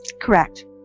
Correct